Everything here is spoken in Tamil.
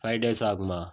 ஃபை டேஸ் ஆகுமா